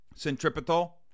centripetal